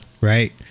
right